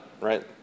right